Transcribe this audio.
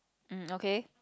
mm okay